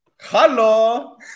Hello